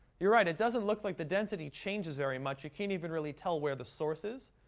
you're right, it doesn't look like the density changes very much. you can't even really tell where the source is.